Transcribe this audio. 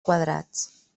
quadrats